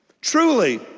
Truly